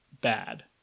bad